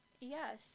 Yes